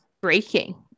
breaking